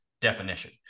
definition